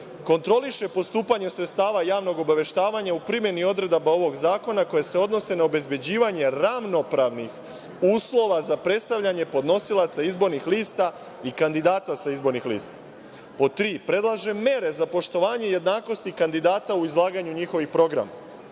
kontroliše postupanje sredstava javnog obaveštavanja u primeni odredaba ovog zakona koje se odnose na obezbeđivanje ravnopravnih uslova za predstavljanje podnosilaca izbornih lista i kandidata sa izbornih lista, pod tri, predlaže mere za poštovanje jednakosti kandidata u izlaganju njihovih programa,